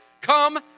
come